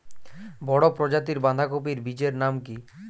বড় প্রজাতীর বাঁধাকপির বীজের নাম কি?